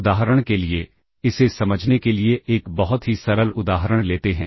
उदाहरण के लिए इसे समझने के लिए एक बहुत ही सरल उदाहरण लेते हैं